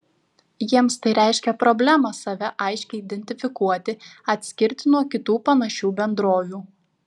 jiems tai reiškia problemą save aiškiai identifikuoti atskirti nuo kitų panašių bendrovių